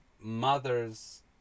mother's